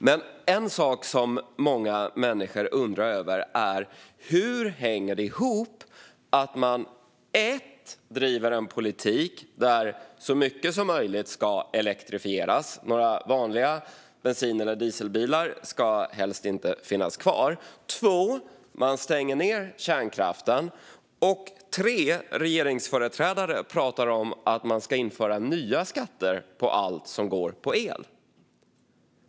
Men en sak som många människor undrar över är: Hur hänger det ihop att man för det första driver en politik där så mycket som möjligt ska elektrifieras - några vanliga bensin eller dieselbilar ska inte finnas kvar - för det andra stänger ned kärnkraften och för det tredje har regeringsföreträdare som pratar om att man ska införa nya skatter på allt som går på el?